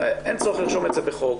אין צורך לרשום את זה בחוק,